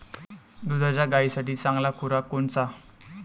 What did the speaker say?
दुधाच्या गायीसाठी चांगला खुराक कोनचा?